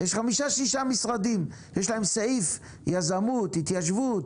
יש חמישה-שישה משרדים שיש להם סעיף יזמות והתיישבות,